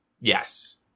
Yes